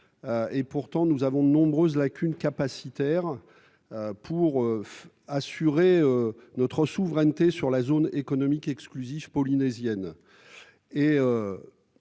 Pourtant, nos lacunes capacitaires pour assurer notre souveraineté sur la zone économique exclusive polynésienne